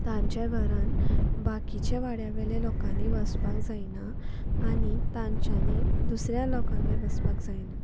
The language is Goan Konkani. तांचें घरांत बाकिच्या वाड्यावयले लोकांनी वचपाक जायना आनी तांच्यानी दुसऱ्या लोकांगेर वचपाक जायना